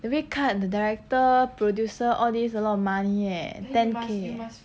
the red card the director producer all these a lot of money eh ten K eh